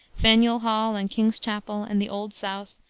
faneuil hall and king's chapel and the old south,